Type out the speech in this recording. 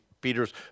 Peter's